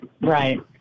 Right